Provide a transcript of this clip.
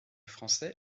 français